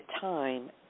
time